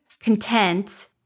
content